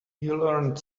learned